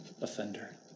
offender